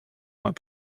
moins